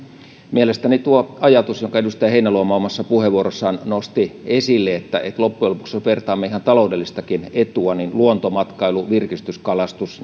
mielestäni tuo ajatus jonka edustaja heinäluoma omassa puheenvuorossaan nosti esille että loppujen lopuksi jos vertaamme ihan taloudellistakin etua luontomatkailu virkistyskalastus